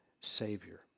Savior